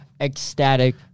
ecstatic